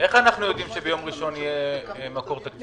איך אנחנו יודעים שביום ראשון יהיה מקור תקציבי?